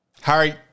Harry